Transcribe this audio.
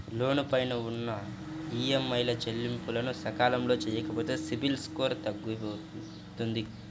లోను పైన ఉన్న ఈఎంఐల చెల్లింపులను సకాలంలో చెయ్యకపోతే సిబిల్ స్కోరు తగ్గుతుంది